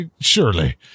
surely